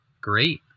great